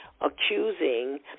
accusing